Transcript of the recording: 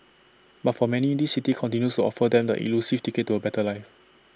but for many this city continues to offer them the elusive ticket to A better life